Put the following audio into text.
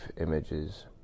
images